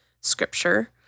scripture